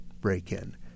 break-in